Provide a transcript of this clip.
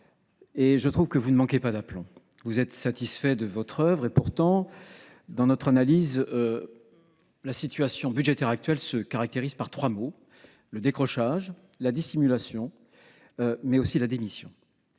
et je trouve que vous ne manquez pas d’aplomb. Vous êtes satisfaits de votre œuvre,… Il n’y a pas de quoi !… pourtant, la situation budgétaire actuelle se caractérise par trois mots : le décrochage, la dissimulation, mais aussi la démission.